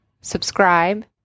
subscribe